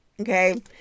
Okay